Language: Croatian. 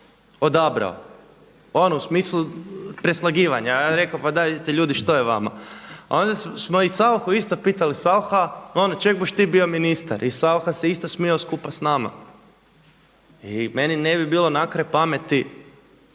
odabrao, ono u smislu preslagivanja. Ja reko, pa dajte ljudi što je vama! A onda smo i Sauchu isto pitali Saucha ono čeg buš ti bio ministar i Saucha se isto smijao skupa sa nama. I meni ne bi bilo na kraj pameti